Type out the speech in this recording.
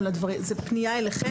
זו פנייה אליכם?